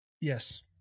yes